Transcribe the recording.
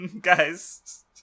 Guys